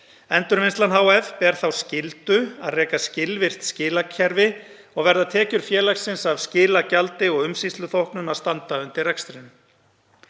Endurvinnslunni hf. Hún ber þá skyldu að reka skilvirkt skilakerfi og verða tekjur félagsins af skilagjaldi og umsýsluþóknun að standa undir rekstrinum.